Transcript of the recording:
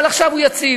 אבל עכשיו הוא יציב.